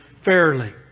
fairly